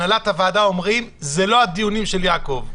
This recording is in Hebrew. הנהלת הוועדה אומרים: זה לא הדיונים של יעקב.